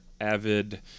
avid